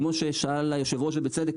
כמו ששאל היו"ר ובצדק,